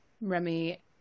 remy